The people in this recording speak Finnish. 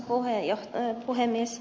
arvoisa puhemies